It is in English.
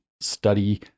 study